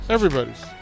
Everybody's